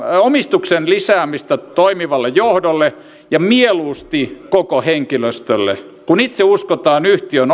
omistuksen lisäämistä toimivalle johdolle ja mieluusti koko henkilöstölle kun itse uskotaan yhtiön